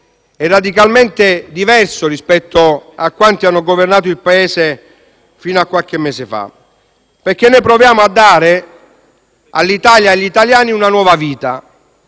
e radicalmente diverso rispetto a quelli seguiti da coloro che hanno governato il Paese fino a qualche mese fa perché noi proviamo a dare all'Italia e agli italiani una nuova vita,